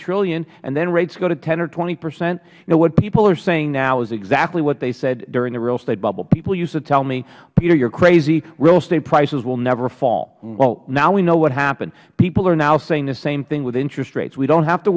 trillion and then rates go to ten or twenty percent what people are saying now is exactly what they said during the real estate bubble people used to tell me peter you are crazy real estate prices will never fall now we know what happened people are now saying the same thing with interest rates we don't have to